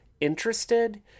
interested